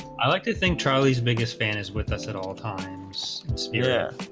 i like to think charlie's biggest fan is with us at all times yeah